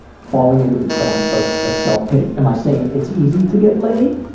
falling into the trap of of self-pity. am i saying it's easy to get laid?